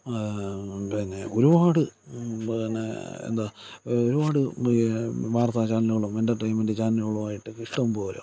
പിന്നെ ഒരുപാട് പിന്നെ എന്താണ് ഒരുപാട് ബ് വാർത്താ ചാനലുകളും എൻറർടെയിൻമെൻറ് ചാനലുകളുമായിട്ട് ഇഷ്ടംപോലെ